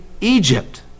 Egypt